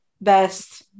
Best